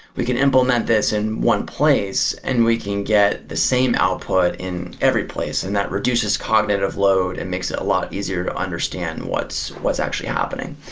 we can implement this in one place and we can get the same output in every place and that reduces cognitive load and makes it a lot easier to understand what's what's actually happening.